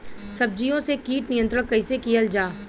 सब्जियों से कीट नियंत्रण कइसे कियल जा?